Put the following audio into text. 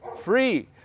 free